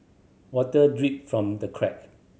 water drip from the crack